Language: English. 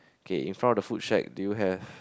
K in front of the food shack do you have